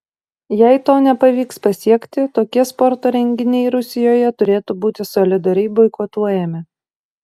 jei to nepavyks pasiekti tokie sporto renginiai rusijoje turėtų būti solidariai boikotuojami